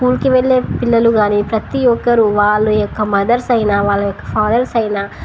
స్కూల్కి వెళ్లే పిల్లలు కాని ప్రతి ఒక్కరు వాళ్ళ యొక్క మదర్స్ అయినా వాళ్ళ యొక్క ఫాదర్స్ అయినా